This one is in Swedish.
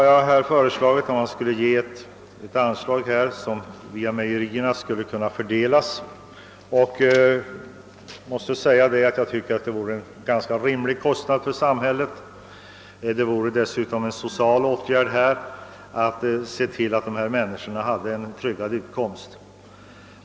Jag har föreslagit ett anslag som skulle kunna fördelas via mejerierna, och jag måste säga att ett bifall till det förslaget medför en ganska rimlig kostnad för samhället. Det vore dessutom en social åtgärd att se till att dessa människor får en tryggad utkomst.